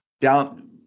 down